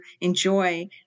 enjoy